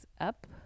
up